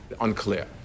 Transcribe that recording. unclear